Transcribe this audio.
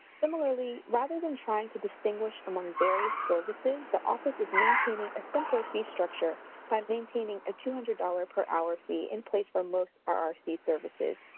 similarly, rather than trying to distinguish among varied services, the office is maintaining a simpler fee structure by maintaining a two hundred dollars per hour fee in place where most are our fee services,